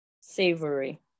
Savory